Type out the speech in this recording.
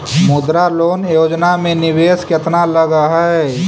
मुद्रा लोन योजना में निवेश केतना लग हइ?